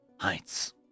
heights